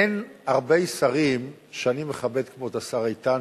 אין הרבה שרים שאני מכבד כמו את השר איתן,